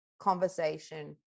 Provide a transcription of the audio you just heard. conversation